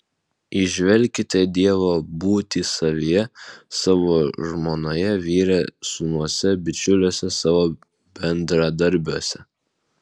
įžvelkite dievo būtį savyje savo žmonoje vyre sūnuose bičiuliuose savo bendradarbiuose